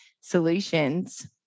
solutions